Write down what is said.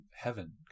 heaven